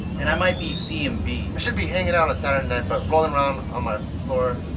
and i might be c and b. i should be hanging out on saturday night, but rolling around on my floor